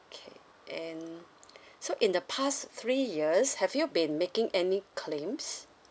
okay and so in the past three years have you been making any claims